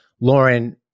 Lauren